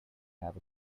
have